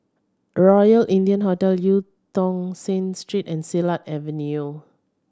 Royal India Hotel Eu Tong Sen Street and Silat Avenue